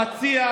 המציע,